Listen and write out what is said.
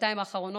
בשנתיים האחרונות,